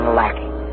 lacking